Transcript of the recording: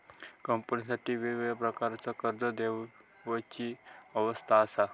कंपनीसाठी वेगळ्या प्रकारचा कर्ज देवची व्यवस्था असा